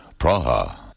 Praha